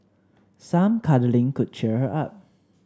some cuddling could cheer her up